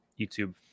YouTube